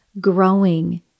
growing